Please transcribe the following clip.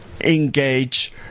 engage